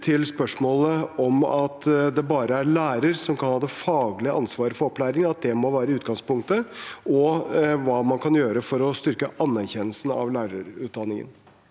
til spørsmålet om at det bare er læreren som kan ha det faglige ansvaret for opplæringen, at det må være utgangspunktet, og hva kan man gjøre for å styrke anerkjennelsen av lærerutdanningen?